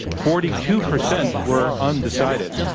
forty two percent were undecided.